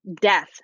death